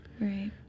Right